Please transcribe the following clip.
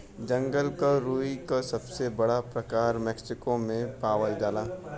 जंगल क रुई क सबसे बड़ा प्रकार मैक्सिको में पावल जाला